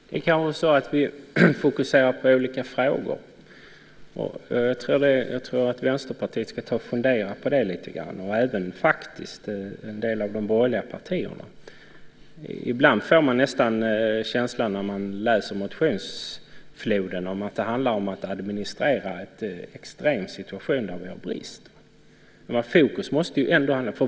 Herr talman! Vi kanske fokuserar på olika frågor. Jag tror att Vänsterpartiet och en del av de borgerliga partierna borde fundera på det. När man tar del av motionsfloden får man ibland känslan av att det handlar om att administrera en extrem situation samtidigt som det råder brist.